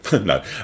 No